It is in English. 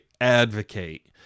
advocate